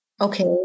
Okay